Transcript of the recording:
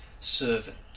servant